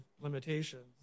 limitations